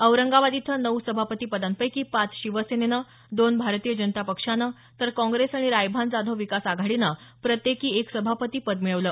औरंगाबाद इथं नऊ सभापती पदांपैकी पाच शिवसेनेनं दोन भारतीय जनता पक्षानं तर काँग्रेस आणि रायभान जाधव विकास आघाडीनं प्रत्येकी एक सभापती पद मिळवलं